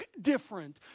different